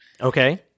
Okay